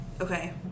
Okay